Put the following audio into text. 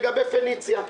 לגבי פניציה,